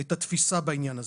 את התפיסה בעניין הזה.